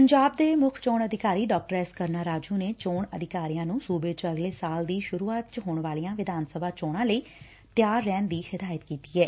ਪੰਜਾਬ ਦੇ ਮੁੱਖ ਚੋਣ ਅਧਿਕਾਰੀ ਡਾ ਐਸ ਕੁਰਣਾ ਰਾਜੁ ਨੇ ਚੋਣ ਅਧਿਕਾਰੀਆਂ ਨੂੰ ਸੁਬੇ ਚ ਅਗਲੇ ਸਾਲ ਦੀ ਸੁਰੂਆਤ ਚ ਹੋਣ ਵਾਲੀਆਂ ਵਿਧਾਨ ਸਭਾ ਚੋਣਾਂ ਲਈ ਤਿਆਰ ਰਹਿਣ ਦੀ ਹਿ੍ਦਾਇਤ ਕੀਤੀ ਐ